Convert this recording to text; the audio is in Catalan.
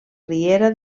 riera